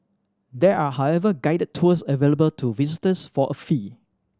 there are however guided tours available to visitors for a fee